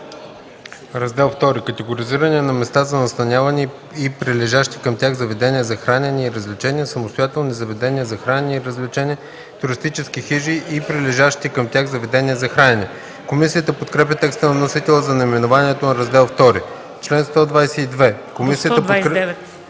„Раздел ІІ – Категоризиране на места за настаняване и прилежащи към тях заведения за хранене и развлечения, самостоятелни заведения за хранене и развлечения, туристически хижи и прилежащите към тях заведения за хранене”. Комисията подкрепя текста на вносителя за наименованието на Раздел ІІ. Комисията